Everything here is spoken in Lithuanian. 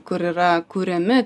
kur yra kuriami